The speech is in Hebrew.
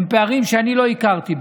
הם פערים שאני לא הכרתי בעבר.